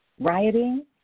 rioting